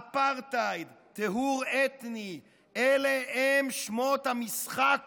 אפרטהייד, טיהור אתני, אלה הם שמות המשחק